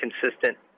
consistent